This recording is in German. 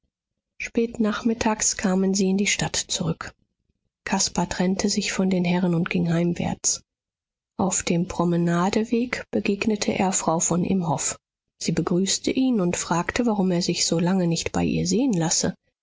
spät nachmittags kamen sie in die stadt zurück caspar trennte sich von den herren und ging heimwärts auf dem promenadeweg begegnete er frau von imhoff sie begrüßte ihn und fragte warum er sich so lange nicht bei ihr sehen lasse